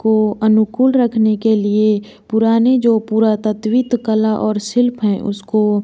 को अनुकूल रखने के लिए पुराने जो पुरातात्विक कला और शिल्प हैं उसको